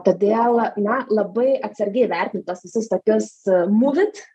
todėl na labai atsargiai vertinu tuos visus tokius mūvit